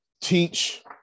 teach